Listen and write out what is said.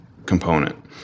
component